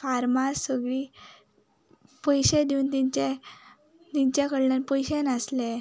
फार्मास सगळी पयशे दिवन तेंचे तेंचे कडल्यान पयशे नासले